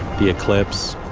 the eclipse,